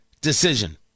decision